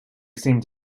seemed